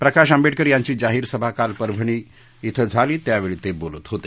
प्रकाश आंबेडकर यांची जाहीर सभा काल परभणी िं झाली त्यावेळी ते बोलत होते